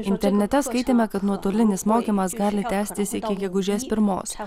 internete skaitėme kad nuotolinis mokymas gali tęstis iki gegužės pirmos